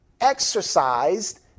exercised